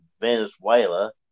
Venezuela